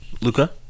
Luca